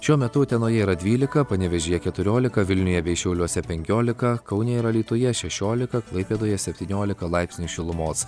šiuo metu utenoje yra dvylika panevėžyje keturiolika vilniuje bei šiauliuose penkiolika kaune ir alytuje šešiolika klaipėdoje septyniolika laipsnių šilumos